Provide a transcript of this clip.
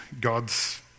God's